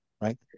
right